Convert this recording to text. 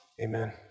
Amen